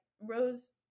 Rose